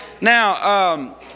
Now